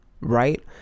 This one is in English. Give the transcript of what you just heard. right